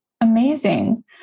Amazing